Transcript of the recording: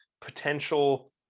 potential